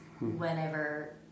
whenever